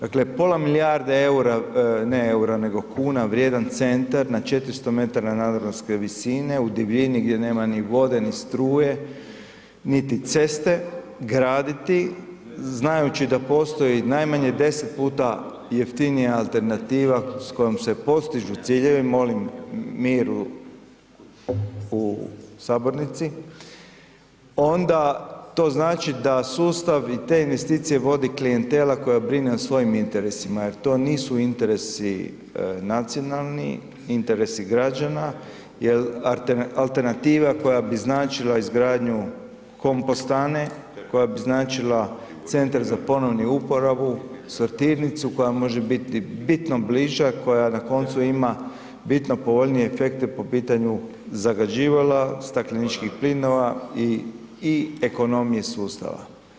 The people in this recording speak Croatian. Dakle pola milijarde kuna vrijedan centar na 400 metara nadmorske visine u divljini gdje nema ni vode, ni struje, niti ceste graditi znajući da postoji najmanje 10 puta jeftinija alternativa s kojim se postižu ciljevi onda to znači da sustav i te investicije vodi klijentela koja brine o svojim interesima jer to nisu interesi nacionalni, interesi građana jer alternativa koja bi značila izgradnju kompostane koja bi značila centar za ponovnu uporabu, sortirnicu koja može biti bitno bliža koja na koncu ima bitno povoljnije efekte po pitanju zagađivanja, stakleničkih plinova i ekonomije sustava.